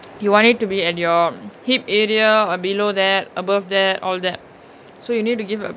you want it to be at your hip area or below that above that all that so you need to